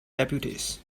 deputies